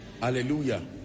Hallelujah